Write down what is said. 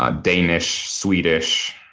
ah danish, swedish,